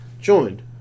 Joined